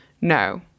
no